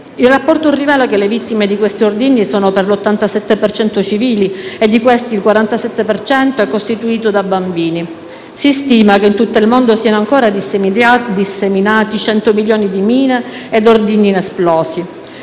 Il rapporto rivela che le vittime di questi ordigni sono per l'87 per cento civili, e di questi il 47 per cento è costituito da bambini. Si stima che in tutto il mondo siano ancora disseminati 100 milioni di mine e ordigni inesplosi.